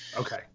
Okay